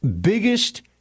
Biggest